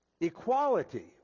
equality